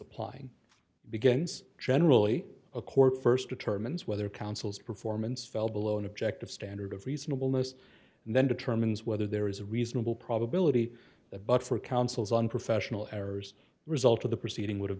applying begins generally a court st determines whether councils performance fell below an objective standard of reasonable most and then determines whether there is a reasonable probability of bucks for councils on professional errors result of the proceeding would have